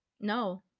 no